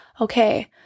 okay